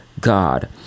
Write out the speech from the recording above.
God